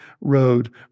road